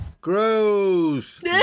Gross